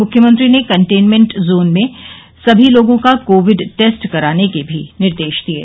मुख्यमंत्री ने containment zone में सभी लोगों का कोविड टेस्ट कराने के भी निर्देश दिये